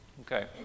Okay